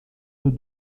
deux